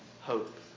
hope